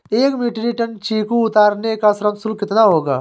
एक metric ton चीकू उतारने का श्रम शुल्क कितना होगा?